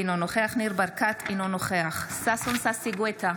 אינו נוכח ניר ברקת, אינו נוכח ששון ששי גואטה,